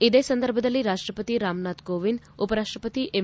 ಇದೇ ಸಂದರ್ಭದಲ್ಲಿ ರಾಷ್ವಪತಿ ರಾಮನಾಥ್ ಕೋವಿಂದ್ ಉಪ ರಾಷ್ವಪತಿ ಎಂ